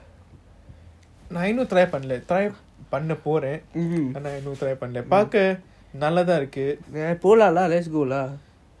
போறான் ஆனா இன்னும்:poran aana inum try பண்ணல பாக்க நல்ல தான் இருக்கு எப்போ:panala paaka nalla thaan iruku epo free eh இருக்க இப்ப:iruka ipa